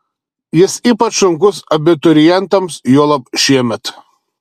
jis ypač sunkus abiturientams juolab šiemet